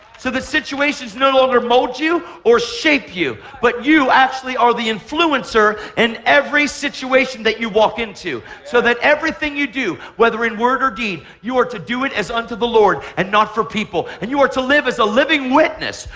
so the situations no longer mold you or shape you, but you actually are the influencer in every situation that you walk into so that everything you do, whether in word or deed, you are to do it as unto the lord, and not for people, and you are to live as a living witness,